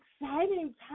exciting